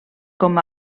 com